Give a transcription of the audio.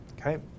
Okay